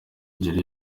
yari